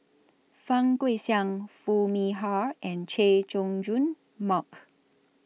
Fang Guixiang Foo Mee Har and Chay Jung Jun Mark